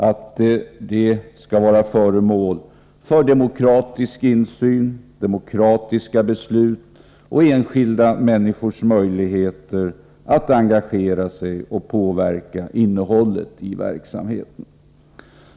De bör därför vara föremål för demokratisk insyn och demokratiska beslut. Enskilda människor bör också ha möjlighet att engagera sig i och påverka innehållet i verksamheten.